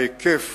ההיקף